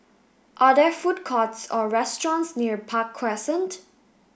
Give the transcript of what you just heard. are there food courts or restaurants near Park Crescent